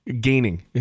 gaining